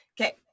Okay